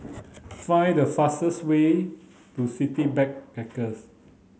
find the fastest way to City Backpackers